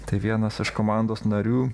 tai vienas iš komandos narių